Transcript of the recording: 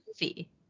movie